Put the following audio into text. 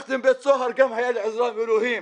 כשברחתי מבית הסוהר גם היתה לי עזרה מאלוהים,